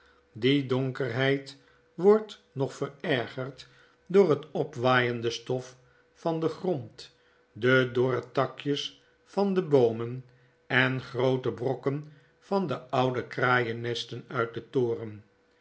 die donkerheid wordt nog verergerd door het opwaaiende stof van den grond de dorre takjes van de boomen en groote brokken van de oude kraaiennesten uit den toren